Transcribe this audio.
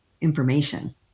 information